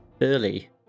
early